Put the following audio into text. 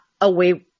away